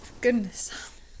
goodness